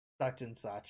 such-and-such